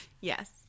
Yes